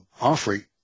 offering